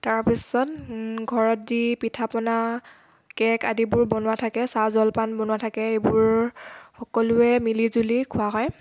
তাৰপিছত ঘৰত যি পিঠা পনা কেক আদিবোৰ বনোৱা থাকে চাহ জলপান আদিবোৰ বনোৱা থাকে সেইবোৰ সকলোৱে মিলি জুলি খোৱা হয়